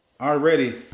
already